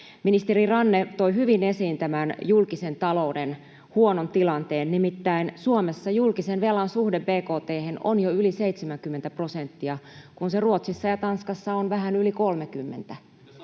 Ministeri Ranne toi hyvin esiin julkisen talouden huonon tilanteen. Nimittäin Suomessa julkisen velan suhde bkt:hen on jo yli 70 prosenttia, kun se Ruotsissa ja Tanskassa on vähän yli 30. [Vasemmalta: